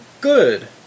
Good